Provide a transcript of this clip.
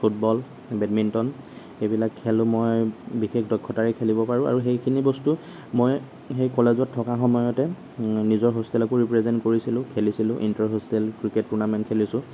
football badminton সেইবিলাক খেলোঁ মই বিশেষ দক্ষতাৰে খেলিব পাৰোঁ আৰু সেইখিনি বস্তু মই সেই কলেজত থকা সময়তে নিজৰ হোষ্টেলকো ৰিপ্ৰেজেণ্ট কৰিছিলোঁ খেলিছিলোঁ ইণ্টাৰ হোষ্টেল ক্ৰিকেট টুৰ্ণামেণ্ট খেলিছোঁ